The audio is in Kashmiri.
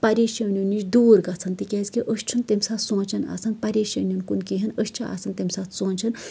پریشٲنیو نِش دوٗر گژھان تِکیازِکہِ أسۍ چھِنہٕ تمہِ ساتہٕ سونٛچَان آسَان پریشٲنیَن کُن کِہیٖنۍ أسۍ چھِ آسَان تَمہِ سٲتہٕ سونٛچَان